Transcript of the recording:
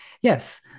yes